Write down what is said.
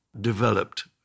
developed